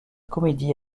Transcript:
comédie